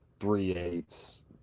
three-eighths